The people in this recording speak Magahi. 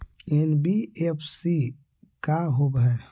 एन.बी.एफ.सी का होब?